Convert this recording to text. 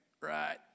right